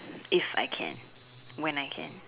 if I can when I can